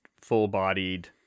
full-bodied